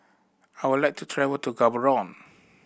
I would like to travel to Gaborone